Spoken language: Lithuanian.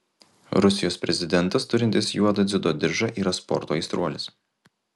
rusijos prezidentas turintis juodą dziudo diržą yra sporto aistruolis